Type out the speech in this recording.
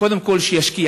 קודם כול שישקיע,